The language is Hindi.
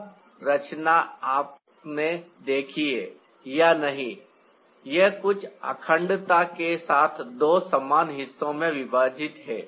अब रचना आपने देखी है या नहीं यह कुछ अखंडता के साथ दो समान हिस्सों में विभाजित है